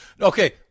Okay